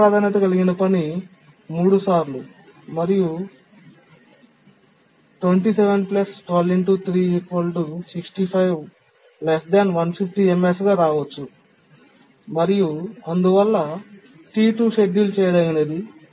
అధిక ప్రాధాన్యత కలిగిన పని 3 సార్లు మరియు ms గా రావచ్చు మరియు అందువల్ల T2 షెడ్యూల్ చేయదగినది